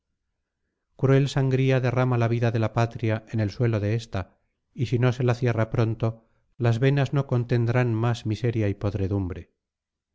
cruel sangría derrama la vida de la patria en el suelo de esta y si no se la cierra pronto las venas no contendrán más miseria y podredumbre